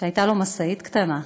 שהייתה לו משאית קטנה,